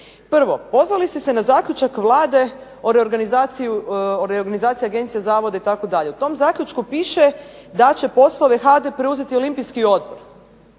Prvo, pozvali ste se na zaključak Vlade o reorganizaciji agencija, zavoda itd. U tom zaključku piše da će poslove HADA-e preuzeti Olimpijski odbor.